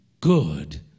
good